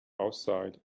outside